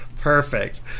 Perfect